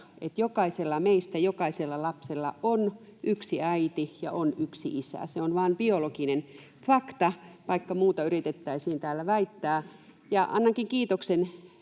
että jokaisella meistä, jokaisella lapsella on yksi äiti ja on yksi isä. Se on vain biologinen fakta, vaikka muuta yritettäisiin täällä väittää. Annankin ministerille